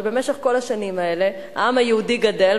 שבמשך כל השנים האלה העם היהודי גדל,